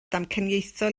damcaniaethol